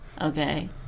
Okay